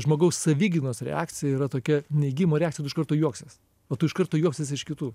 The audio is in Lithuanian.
žmogaus savigynos reakcija yra tokia neigimo reakcija tu iš karto juoksies o tu iš karto juoksies iš kitų